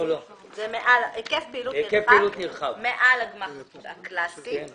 היקף פעילות נרחב, מעל הגמ"ח הקלאסי.